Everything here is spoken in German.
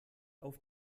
auf